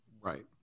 Right